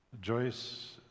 Joyce